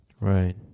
Right